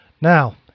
Now